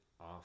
off